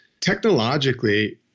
technologically